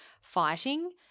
fighting